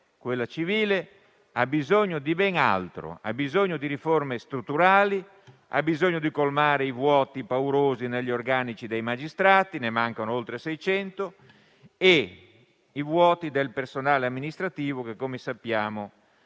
quella civile, ha bisogno di ben altro. Ha bisogno di riforme strutturali, ha bisogno di colmare i vuoti paurosi negli organici dei magistrati (ne mancano oltre 600) e i vuoti del personale amministrativo, che, come sappiamo,